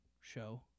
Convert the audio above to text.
show